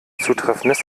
zutreffendes